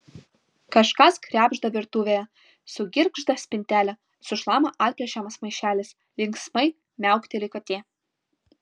kažkas krebžda virtuvėje sugirgžda spintelė sušlama atplėšiamas maišelis linksmai miaukteli katė